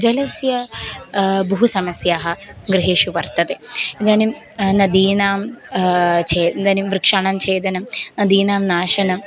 जलस्य बहु समस्याः गृहेषु वर्तते इदानीं नदीनां च इदानीं वृक्षाणां छेदनं नदीनां नाशनं